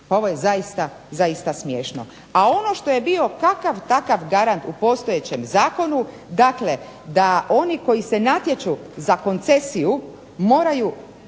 zaista, zaista smiješno. A ono što je bio kakav takav garant u postojećem zakonu, dakle da oni koji se natječu za koncesiju moraju